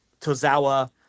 Tozawa